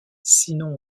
sinon